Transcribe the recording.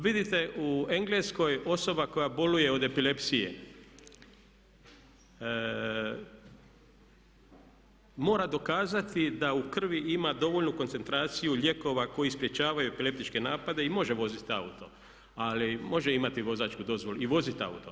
Vidite u Engleskoj osoba koja boluje od epilepsije mora dokazati da u krvi ima dovoljnu koncentraciju lijekova koji sprječavaju epileptičke napade i može voziti auto, može imati vozačku dozvolu i voziti auto.